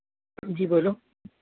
جی بولو